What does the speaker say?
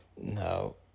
No